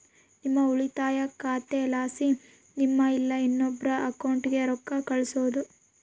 ನಿಮ್ಮ ಉಳಿತಾಯ ಖಾತೆಲಾಸಿ ನಿಮ್ಮ ಇಲ್ಲಾ ಇನ್ನೊಬ್ರ ಅಕೌಂಟ್ಗೆ ರೊಕ್ಕ ಕಳ್ಸೋದು